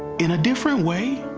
in a different way,